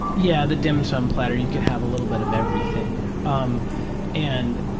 yeah, the dim sum platter. you could have a little bit of everything. um and,